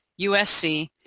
USC